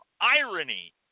irony